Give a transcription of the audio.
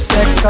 Sex